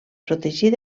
protegir